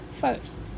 First